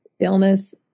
illness